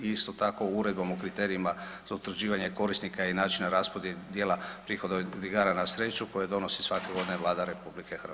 Isto tako, Uredbom o kriterijima za utvrđivanje korisnika i načina raspodjela od prihoda od igara na sreću, koji donosi svake godine Vlada RH.